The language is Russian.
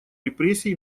репрессий